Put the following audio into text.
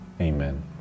Amen